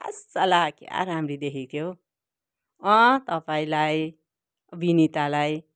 आइँसाला क्या राम्री देखेको थियो हो अँ तपाईँलाई विनितालाई